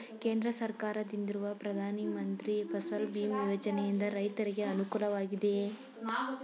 ಕೇಂದ್ರ ಸರ್ಕಾರದಿಂದಿರುವ ಪ್ರಧಾನ ಮಂತ್ರಿ ಫಸಲ್ ಭೀಮ್ ಯೋಜನೆಯಿಂದ ರೈತರಿಗೆ ಅನುಕೂಲವಾಗಿದೆಯೇ?